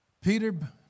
Peter